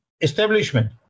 establishment